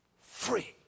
free